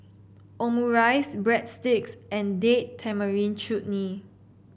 Omurice Breadsticks and Date Tamarind Chutney